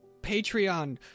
Patreon